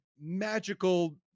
magical